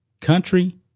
country